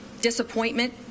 disappointment